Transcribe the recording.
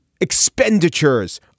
expenditures